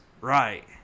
Right